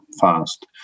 fast